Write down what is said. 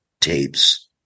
tapes